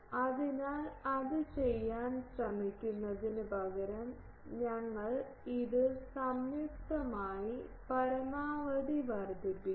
അതിനാൽ അത് ചെയ്യാൻ ശ്രമിക്കുന്നതിനുപകരം ഞങ്ങൾ ഇത് സംയുക്തമായി പരമാവധി വർദ്ധിപ്പിക്കും